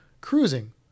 cruising